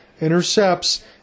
intercepts